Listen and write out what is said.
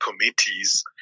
committees